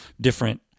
different